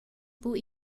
buc